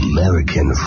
American